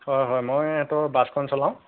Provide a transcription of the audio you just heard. হয় হয় মই ইহঁতৰ বাছখন চলাওঁ